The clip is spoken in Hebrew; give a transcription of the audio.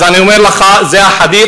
אז אני אומר לך, זה החדית':